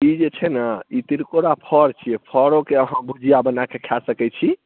ई जे छै ने ई तिलकोरा फड़ऽ छियै फड़ोके अहाँ भुजिआ बनाए कऽ खाए सकैत छी